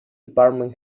department